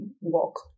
walk